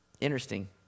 interesting